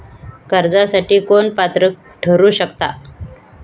कर्जासाठी कोण पात्र ठरु शकता?